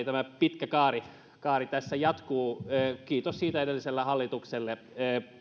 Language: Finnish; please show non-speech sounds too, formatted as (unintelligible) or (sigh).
(unintelligible) tämä pitkä kaari kaari tässä jatkuu kiitos siitä edelliselle hallitukselle